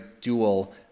dual